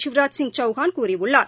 சிவராஜ் சிங் சவுஹான் கூறியுள்ளார்